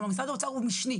כלומר, משרד האוצר הוא משני.